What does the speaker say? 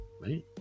right